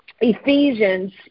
Ephesians